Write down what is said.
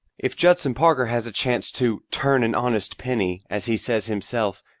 if judson parker has a chance to turn an honest penny as he says himself,